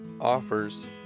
offers